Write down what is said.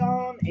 on